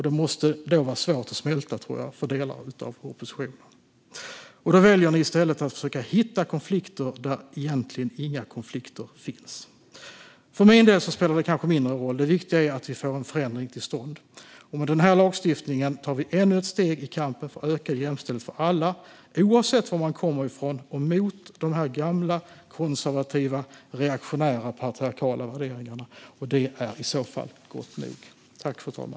Det måste vara svårt att smälta för delar av oppositionen, och därför väljer de att i stället försöka hitta konflikter där inga konflikter egentligen finns. För min del spelar det kanske mindre roll, för det viktiga är att vi får en förändring till stånd. Med den här lagstiftningen tar vi ännu ett steg i kampen för ökad jämställdhet för alla, oavsett var man kommer ifrån, och mot dessa gamla, konservativa och reaktionära patriarkala värderingar. Det är i så fall gott nog.